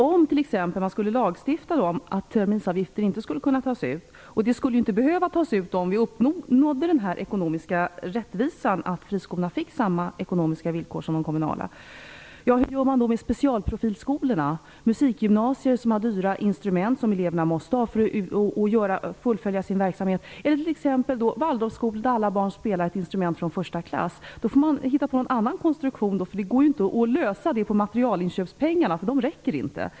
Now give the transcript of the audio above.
Om man t.ex. skulle lagstifta om att terminsavgifter inte skulle få tas ut - de skulle inte behöva tas ut om vi uppnådde den ekonomiska rättvisan att friskolorna fick samma ekonomiska villkor som de kommunala -, hur gör man då med specialprofilskolorna? Det gäller musikgymnasier, som har dyra instrument som eleverna måste ha för att fullfölja sin verksamhet, eller t.ex. Waldorfskolor, där alla barn spelar ett instrument från första klass. Då får man hitta på en annan konstruktion, för det går inte att lösa detta med materialinköpspengarna. De räcker inte.